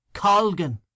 Colgan